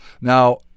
Now